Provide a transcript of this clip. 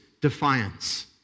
defiance